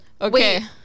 Okay